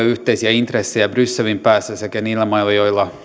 yhteisiä intressejä brysselin päässä sekä niillä mailla